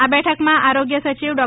આ બેઠકમાં આરોગ્ય સચિવ ડો